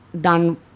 done